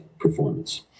performance